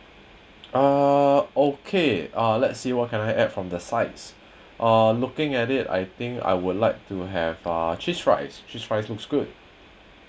uh okay let's see what can I add from the sides uh looking at it I think I would like to have ah cheese fries cheese fries looks good